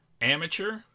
amateur